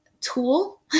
tool